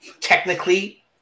Technically